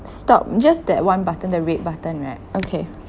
stop just that one button the red button right okay